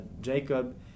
Jacob